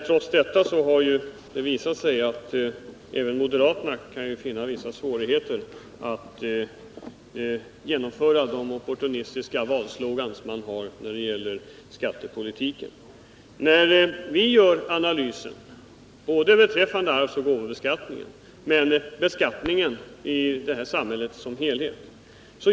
Trots detta har det visat sig att även moderaterna kan finna vissa svårigheter att genomföra sina opportunistiska valslogan när det gäller skattepolitiken. När vi gör analyser både beträffande arvsoch gåvobeskattningen och när det gäller beskattningen i detta samhälle såsom helhet.